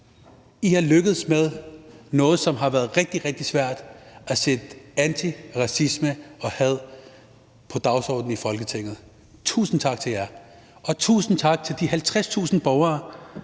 I er lykkedes med noget, som har været rigtig, rigtig svært, nemlig at sætte antiracisme og had på dagsordenen i Folketinget. Tusind tak til jer. Og tusind tak til de 50.000 borgere,